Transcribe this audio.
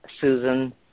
Susan